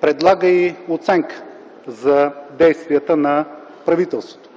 предлага и оценка за действията на правителството